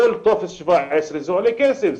כל טופס 17 עולה כסף,